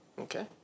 Okay